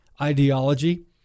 ideology